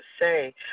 say